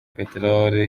peteroli